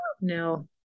no